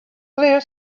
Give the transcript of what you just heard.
clear